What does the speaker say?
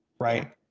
right